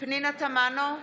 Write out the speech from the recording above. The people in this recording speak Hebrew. פנינה תמנו,